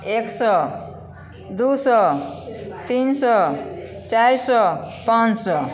एक सओ दुइ सओ तीन सओ चारि सओ पाँच सओ